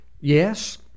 yes